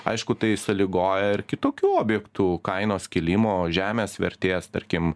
aišku tai sąlygoja ir kitokių objektų kainos kilimo žemės vertės tarkim